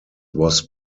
was